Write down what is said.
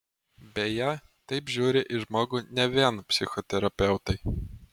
beje taip žiūri į žmogų ne vien psichoterapeutai